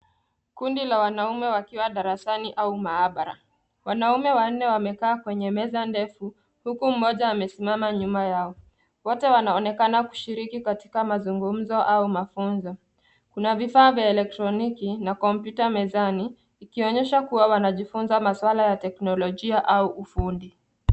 Kundi la wanaume wakiwa darasani au maabara. Wanaume wanne wamekaa kwenye meza ndefu, huku mmoja amesimama nyuma yao. Wote wanaonekana kushiriki katika mazungumzo au mafunzo. Kuna vifaa vya elektroniki na kompyuta mezani, ikionyesha kuwa wanajifunza masuala ya teknolojia au ufundi.